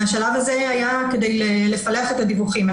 השלב הזה היה כדי לפלח את הדיווחים.